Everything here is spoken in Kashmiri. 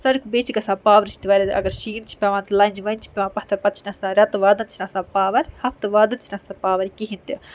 ساروی کھۄتہٕ بیٚیہِ چھِ گژھان پاوَرٕچ تہِ واریاہ زیادٕ اَگر شیٖن چھِ پیوان تہٕ لَنجَہِ ونجہِ چھِ پیوان پَتھر پَتہٕ چھِ آسان ریتہٕ وادن چھُ نہٕ آسان پاوَر ہَفتہٕ وادن چھِ نہٕ آسان پاوَر کِہیٖنۍ تہِ